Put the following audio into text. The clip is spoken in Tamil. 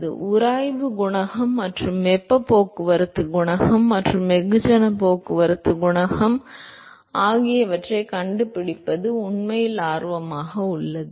எனவே உராய்வு குணகம் மற்றும் வெப்ப போக்குவரத்து குணகம் மற்றும் வெகுஜன போக்குவரத்து குணகம் ஆகியவற்றைக் கண்டுபிடிப்பது உண்மையில் ஆர்வமாக உள்ளது